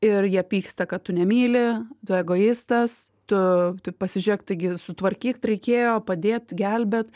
ir jie pyksta kad tu nemyli tu egoistas tu tu pasižiūrėk taigi sutvarkyt reikėjo pradėt gelbėt